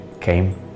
came